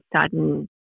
sudden